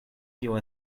kio